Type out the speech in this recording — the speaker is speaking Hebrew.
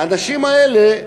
האנשים האלה,